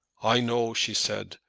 i know, she said,